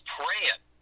praying